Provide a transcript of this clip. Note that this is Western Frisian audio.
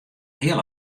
heal